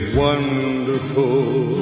wonderful